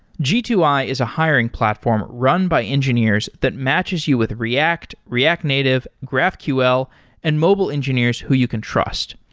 g two i is a hiring platform run by engineers that matches you with react, react native, graphql and mobile engineers who you can trust.